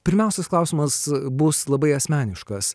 pirmiausias klausimas bus labai asmeniškas